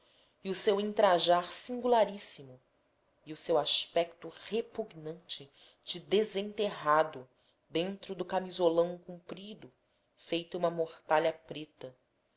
e o seu entrajar singularíssimo e o seu aspecto repugnante de desenterrado dentro do camisolão comprido feito uma mortalha preta